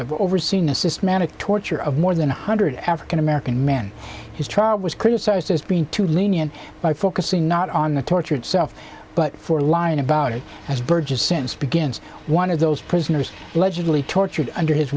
of overseeing a systematic torture of more than one hundred african american men his trial was criticized as being too lenient by focusing not on the torture itself but for lying about it as burgess since begins one of those prisoners allegedly tortured under his